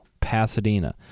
Pasadena